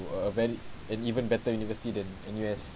to a valid and even better university than N_U_S